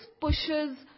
pushes